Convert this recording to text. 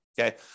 okay